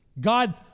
God